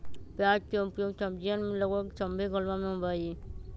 प्याज के उपयोग सब्जीयन में लगभग सभ्भे घरवा में होबा हई